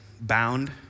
bound